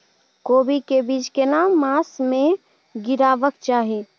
कोबी के बीज केना मास में गीरावक चाही?